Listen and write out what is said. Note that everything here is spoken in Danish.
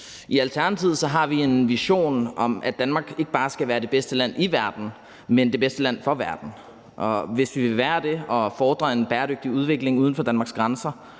I Alternativet har vi en vision om, at Danmark ikke bare skal være det bedste land i verden, men det bedste land for verden, og hvis vi vil være det og befordre en bæredygtig udvikling uden for Danmarks grænser,